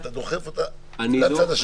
אתה דוחף אותה לצד השני.